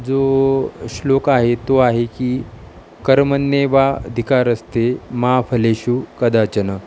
जो श्लोक आहे तो आहे की कर्मण्येवाधिकारस्ते मा फलेषु कदाचन